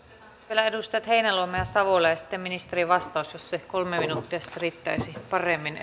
vielä edustajat heinäluoma ja savola ja sitten ministerin vastaus jos se kolme minuuttia sitten riittäisi paremmin